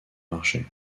marché